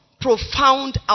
profound